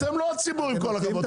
אתם לא הציבור, עם כל הכבוד.